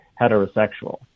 heterosexual